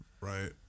right